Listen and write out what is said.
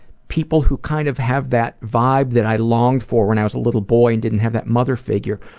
people who kind of have that vibe that i longed for when i was a little boy and didn't have that mother figure,